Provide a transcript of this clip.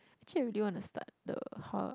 actually I really want to start the hall